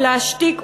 ולהשתיק,